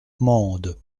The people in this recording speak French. mende